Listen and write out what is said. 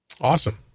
awesome